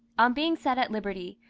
on being set at liberty,